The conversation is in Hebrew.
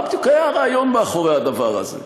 מה בדיוק היה הרעיון מאחורי הדבר הזה?